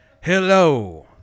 Hello